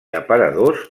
aparadors